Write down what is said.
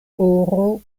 oro